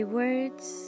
words